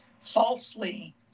falsely